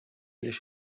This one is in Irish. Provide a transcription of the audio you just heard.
leis